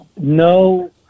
No